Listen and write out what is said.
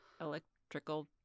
electrical